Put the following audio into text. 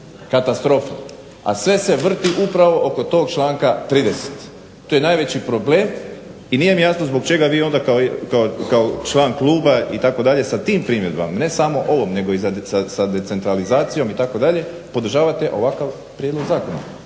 Katastrofa, a sve se vrti upravo oko tog članka 30., to je najveći problem i nije mi jasno zbog čega vi onda kao član kluba itd. sa tim primjedbama, ne samo ovom nego sa decentralizacijom itd. podržavate ovakav prijedlog zakona?